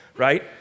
right